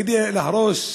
כדי להרוס: